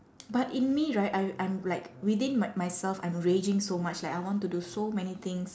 but in me right I I'm like within my~ myself I'm raging so much like I want to do so many things